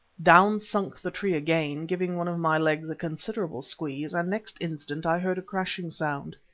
down sunk the tree again, giving one of my legs a considerable squeeze, and next instant i heard a crashing sound.